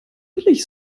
billig